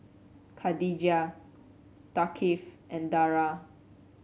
Khadija Thaqif and Dara